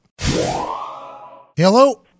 hello